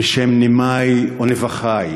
בשם נימי ונבכי,